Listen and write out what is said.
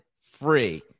free